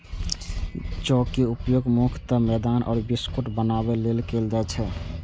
जौ के उपयोग मुख्यतः मैदा आ बिस्कुट बनाबै लेल कैल जाइ छै